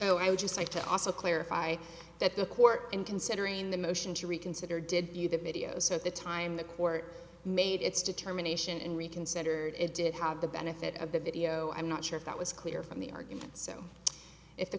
though i would just like to also clarify that the court in considering the motion to reconsider did view the video so at the time the court made its determination and reconsidered it did have the benefit of the video i'm not sure that was clear from the argument so if the